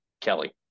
Kelly